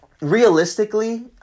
realistically